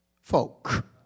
folk